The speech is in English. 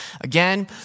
Again